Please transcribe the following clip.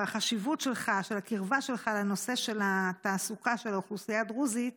והחשיבות של הקרבה שלך לנושא של התעסוקה של האוכלוסייה הדרוזית,